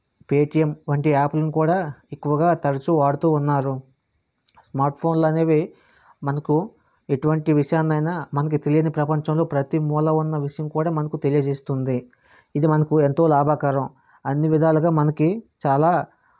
Paytm వంటి యాప్ని కూడా ఎక్కువగా తరచు వాడుతూ ఉన్నారు స్మార్ట్ ఫోన్లు అనేవి మనకు ఎటువంటి విషయాన్ని అయినా మనకు తెలియని ప్రపంచంలో ప్రతీ మూల ఉన్న విషయం కూడా మనకి తెలియజేస్తుంది ఇది మనకు ఎంతో లాభాకరం అన్ని విధాలుగా మనకి చాలా